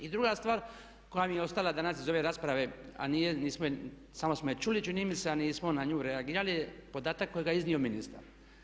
I druga stvar koja nam je ostala danas iz ove rasprave, a nije, nismo je, samo smo je čuli čini mi se, a nismo na nju reagirali, podatak kojega je iznio ministar.